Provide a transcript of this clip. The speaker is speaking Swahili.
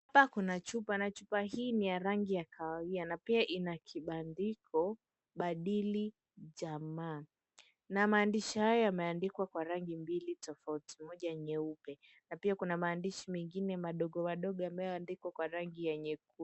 Hapa kuna chupa na chupa hii ni ya rangi ya kahawia na pia ina kibandiko badili jamaa maandishi hayo yameandikwa kwa rangi mbili tofauti moja nyeupe na pia kuna maandishi mengine madogo madogo yanayoandikwa kwa rangi ya nyekundu.